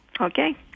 Okay